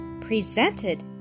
presented